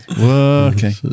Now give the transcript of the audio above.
Okay